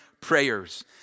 prayers